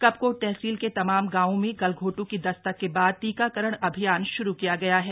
कपकोट तहसील के तमाम गांवों में गलघोंट् की दस्तक के बाद टीकाकरण अभियान श्रू किया गया है